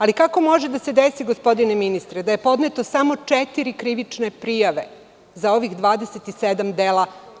Ali, kako može da se desi, gospodine ministre, da je podneto samo četiri krivične prijave za ovih 27 dela?